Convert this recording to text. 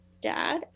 dad